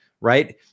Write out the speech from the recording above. right